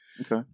okay